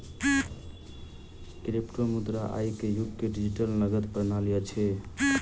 क्रिप्टोमुद्रा आई के युग के डिजिटल नकद प्रणाली अछि